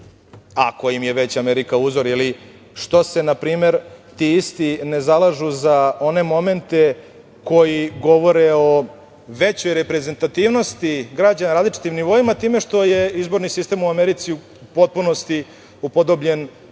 ako im je Amerika uzor? Ili, što se na primer ti isti ne zalažu za one momente koji govore o većoj reprezentativnosti građana na različitim nivoima time što je izborni sistem u Americi u potpunosti upodobljen